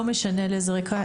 לא משנה על איזה רקע,